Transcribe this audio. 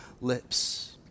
lips